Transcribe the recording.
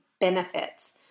benefits